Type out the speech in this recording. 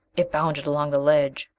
it bounded along the ledge,